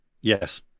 Yes